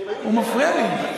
הוא מפריע לי.